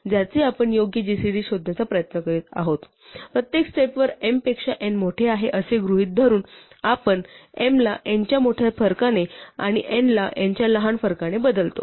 ज्याचे आपण योग्य जीसीडी शोधण्याचा प्रयत्न करीत आहोत प्रत्येक स्टेपवर m पेक्षा n मोठे आहे असे गृहीत धरून आपण m ला n च्या मोठ्या फरकाने आणि n ला n च्या लहान फरकाने बदलतो